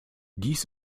dies